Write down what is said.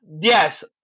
Yes